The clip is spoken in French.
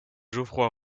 geoffroy